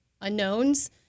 unknowns